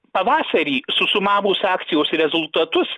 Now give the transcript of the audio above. pavasarį susumavus akcijos rezultatus